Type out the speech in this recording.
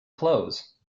clothes